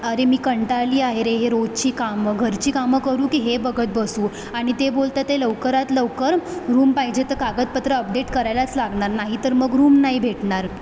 अरे मी कंटाळले आहे रे रोजची कामं घरची कामं करू की हे बघत बसू आणि ते बोलत आहेत लवकरात लवकर रूम पाहिजे तर कागदपत्र अपडेट करायलाच लागणार नाहीतर मग रूम नाही भेटणार